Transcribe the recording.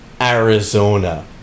Arizona